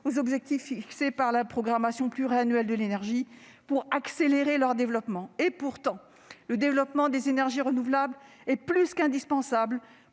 aux objectifs fixés par la programmation pluriannuelle de l'énergie, n'est mobilisé pour accélérer leur développement. Et pourtant, le développement des énergies renouvelables est plus qu'indispensable